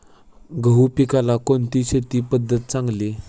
गहू पिकाला कोणती शेती पद्धत चांगली?